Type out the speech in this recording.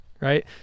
right